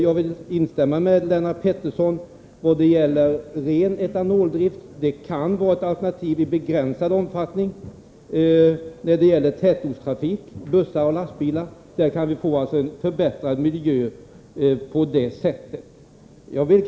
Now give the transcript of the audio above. Jag instämmer i vad Lennart Pettersson anförde om ren etanoldrift. Detta kan vara ett alternativ i begränsad omfattning för tätortstrafik — bussar och lastbilar. På detta sätt kan vi få en bättre miljö i dessa utsatta områden.